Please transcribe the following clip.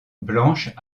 blanche